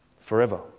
forever